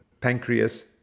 pancreas